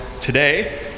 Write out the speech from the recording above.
today